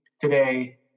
today